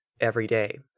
everyday